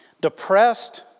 depressed